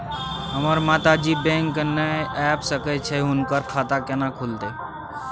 हमर माता जी बैंक नय ऐब सकै छै हुनकर खाता केना खूलतै?